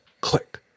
click